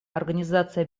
организация